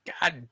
God